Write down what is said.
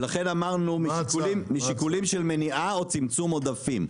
ולכן אמרנו משיקולים של מניעה או צמצום עודפים,